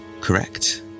correct